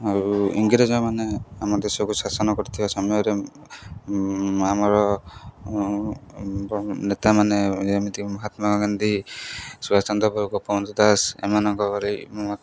ଆଉ ଇଂରେଜ ମାନେ ଆମ ଦେଶକୁ ଶାସନ କରିଥିବା ସମୟରେ ଆମର ନେତା ମାନେ ଯେମିତିକି ମହାତ୍ମାଗାନ୍ଧୀ ସୁଭାଷ ଚନ୍ଦ୍ର ଦାସ ଏମାନଙ୍କ ଭଳି